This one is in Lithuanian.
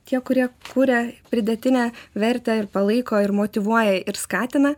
tie kurie kuria pridėtinę vertę ir palaiko ir motyvuoja ir skatina